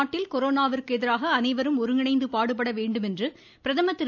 நாட்டில் கொரோனாவிற்கு எதிராக அனைவரும் ஒருங்கிணைந்து பாடுபட வேண்டும் என்று பிரதமர் திரு